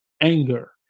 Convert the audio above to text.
Anger